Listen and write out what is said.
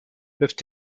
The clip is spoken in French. peuvent